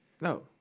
No